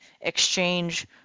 exchange